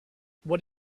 what